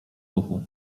ruchu